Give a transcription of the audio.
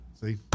See